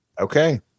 Okay